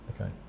Okay